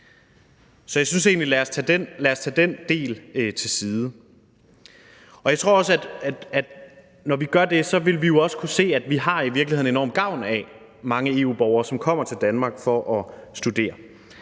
Jeg synes egentlig, at vi skal lægge den del til side. Jeg tror også, at når vi gør det, vil vi også kunne se, at vi i virkeligheden har enorm gavn af mange EU-borgere, som kommer til Danmark for at studere.